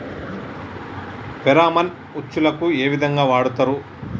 Pheromone ఉచ్చులకు ఏ విధంగా వాడుతరు?